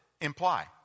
imply